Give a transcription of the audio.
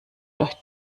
durch